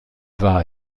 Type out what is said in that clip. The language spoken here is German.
war